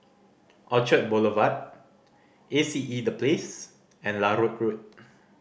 Orchard Boulevard A C E The Place and Larut Road